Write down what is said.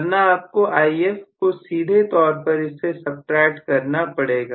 वरना आपको If को सीधे तौर पर इससे सबट्रैक्ट करना पड़ेगा